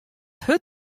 hurd